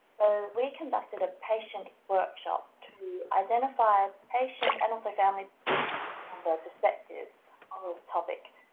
we conducted a patient workshop to identify patient and other family and perspectives on this topic.